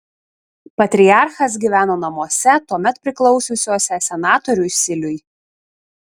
patriarchas gyveno namuose tuomet priklausiusiuose senatoriui siliui